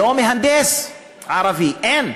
לא מהנדס ערבי, אין.